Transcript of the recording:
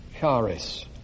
charis